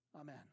Amen